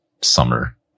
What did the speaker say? summer